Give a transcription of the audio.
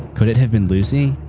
could it have been lucy?